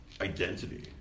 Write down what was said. identity